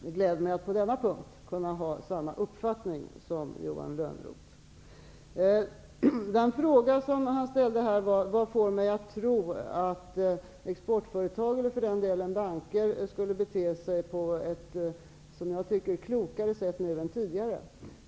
Det gläder mig att jag på denna punkt kan ha samma uppfattning som Johan Lönnroth. Johan Lönnroth frågade: Vad får finansministern att tro att exportföretag, och för den delen också banker, nu skulle bete sig på ett enligt finansministerns uppfattning klokare sätt än tidigare?